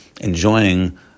enjoying